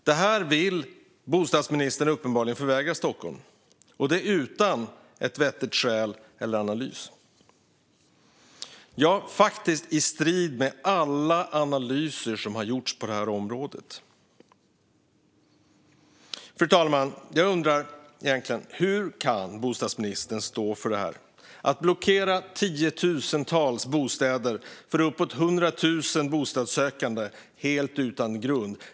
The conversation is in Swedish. Det här vill bostadsministern uppenbarligen förvägra Stockholm, utan ett vettigt skäl eller analys, faktiskt i strid med alla analyser som har gjorts på området. Fru talman! Hur kan bostadsministern stå för detta, det vill säga att blockera tiotusentals bostäder för uppåt 100 000 bostadssökande helt utan grund?